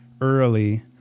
early